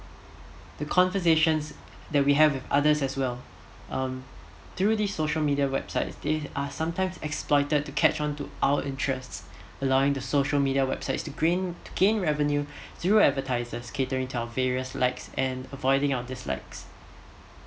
the conversations that we have with others as well um through these social media websites they are sometimes exploited to catch on our interest allowing the social media websites to grain gain revenue through advertises catering to our various likes and avoiding our dislikes